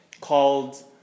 called